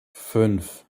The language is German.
fünf